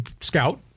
scout